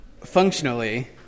Functionally